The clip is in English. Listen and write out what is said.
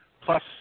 Plus